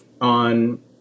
on